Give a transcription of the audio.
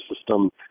system